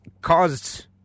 caused